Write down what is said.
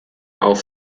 auch